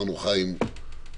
חיים,